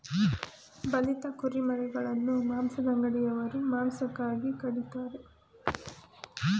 ಬಲಿತ ಕುರಿಮರಿಗಳನ್ನು ಮಾಂಸದಂಗಡಿಯವರು ಮಾಂಸಕ್ಕಾಗಿ ಕಡಿತರೆ